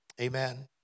Amen